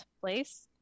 place